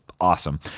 awesome